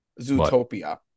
Zootopia